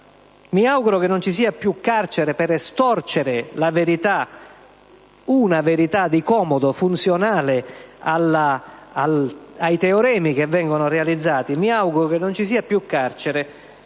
Mi auguro che non ci sia più carcere per estorcere la verità, una verità di comodo, funzionale ai teoremi che vengono ideati. Mi auguro che non ci sia più carcere